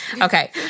okay